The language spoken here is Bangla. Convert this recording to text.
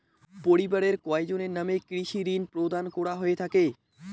পরিবারের কয়জনের নামে কৃষি ঋণ প্রদান করা হয়ে থাকে?